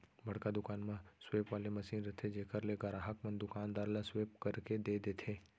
बड़का दुकान म स्वेप वाले मसीन रथे जेकर ले गराहक मन दुकानदार ल स्वेप करके दे देथे